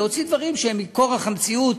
להוציא דברים שהם כורח המציאות.